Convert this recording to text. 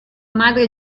madre